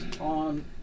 on